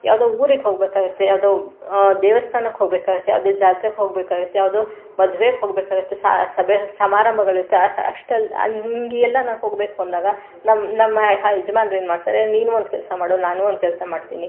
ಯಾವುದೋ ಊರಿಗೆ ಹೋಗಬೇಕಾಗುತ್ತೆ ಯಾವುದೋ ದೇವಸ್ಥಾನಕ್ಕ ಹೋಗಬೇಕಾಗುತ್ತೆ ಯಾವುದೋ ಜಾತ್ರೆಗೆ ಹೋಗಬೇಕಾಗುತ್ತೆ ಯಾವುದೋ ಮದ್ವೆಗೆ ಹೋಗಬೇಕಾಗುತ್ತೆ ಸಭೆ ಸಮಾರಂಭಗಳಿರುತ್ತೆ ಅಸ್ಟಲ್ ಹಂಗೆಲ್ಲ ನಾನು ಹೋಗಬೇಕು ಅಂದಾಗ ನಮ್ಮ ನಮ್ಮ ಯಜ್ಮಾನ್ರೇನು ಮಾಡ್ತಾರೆ ನೀನು ಒಂದು ಕೆಲಸ ಮಾಡು ನಾನು ಒಂದು ಕೆಲಸ ಮಾಡ್ತೀನಿ